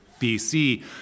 BC